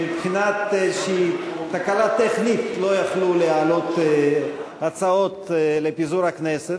שמבחינת תקלה טכנית כלשהי לא יכלו להעלות הצעות לפיזור הכנסת,